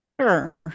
Sure